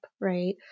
right